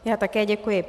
Já také děkuji.